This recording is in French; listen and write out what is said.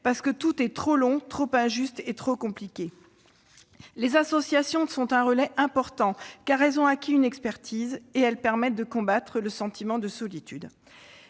parce que tout est trop long, trop injuste et trop compliqué. Les associations sont un relais important, car elles ont acquis une expertise et permettent de combattre le sentiment de solitude.